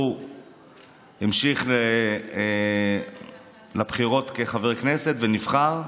הוא המשיך לבחירות כחבר כנסת ונבחר.